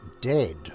dead